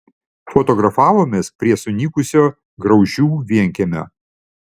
fotografavomės prie sunykusio graužių vienkiemio